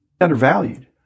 undervalued